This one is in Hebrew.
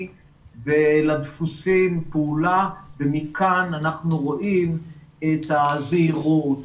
ולדפוסי פעולה ומכאן אנחנו רואים את הזהירות,